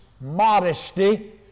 modesty